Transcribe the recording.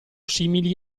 simili